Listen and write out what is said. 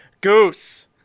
Goose